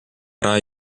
ära